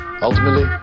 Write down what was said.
ultimately